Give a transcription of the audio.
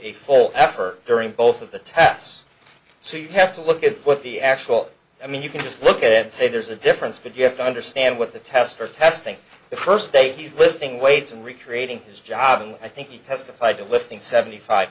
a full effort during both of the tests so you have to look at what the actual i mean you can just look at say there's a difference but you have to understand what the tests are testing the first day he's lifting weights and recreating his job and i think he testified to lifting seventy five